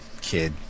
kid